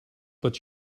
but